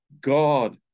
God